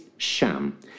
Sham